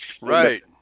Right